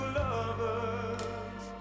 lovers